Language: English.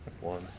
One